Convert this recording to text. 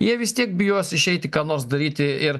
jie vis tiek bijos išeiti ką nors daryti ir